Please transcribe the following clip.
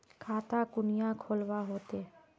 खाता कुनियाँ खोलवा होते?